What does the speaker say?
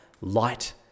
light